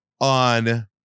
on